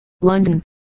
London